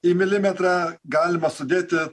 į milimetrą galima sudėti